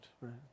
right